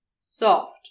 Soft